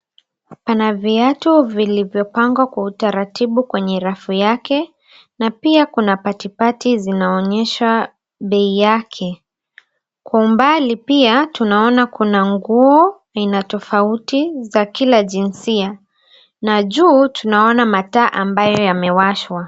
Pana viatu vilivyopangwa kwa utaratibu kwenye rafu yake na pia kuna patipati zinaonyeshwa bei yake. Kwa umbali pia tunaona kuna nguo aina tofauti za kila jinsia na juu tunaona mataa ambayo yamewashwa.